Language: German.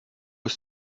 ist